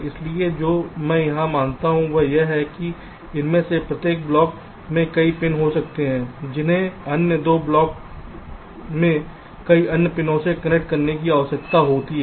इसलिए जो मैं यहां मानता हूं वह यह है कि इनमें से प्रत्येक ब्लॉक में कई पिन हो सकते हैं जिन्हें अन्य 2 ब्लॉक में कई अन्य पिनों से कनेक्ट करने की आवश्यकता होती है